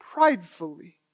pridefully